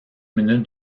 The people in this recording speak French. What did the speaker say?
minutes